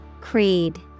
Creed